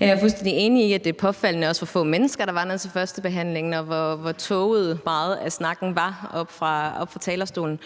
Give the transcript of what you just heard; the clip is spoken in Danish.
Jeg er fuldstændig enig i, at det også er påfaldende, hvor få mennesker der var nede til førstebehandlingen, og hvor tåget meget af snakken var oppe fra talerstolen.